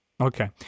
Okay